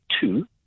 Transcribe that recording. two